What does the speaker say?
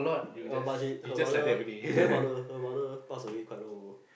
uh but she her mother she don't have mother her mother passed away quite long ago